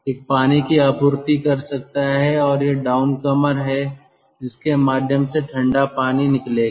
एक पानी की आपूर्ति कर सकता है और यह डाउन कमर है जिसके माध्यम से ठंडा पानी निकलेगा